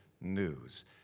news